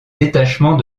détachement